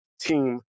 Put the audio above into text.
team